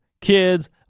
kids